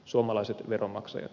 suomalaiset veronmaksajat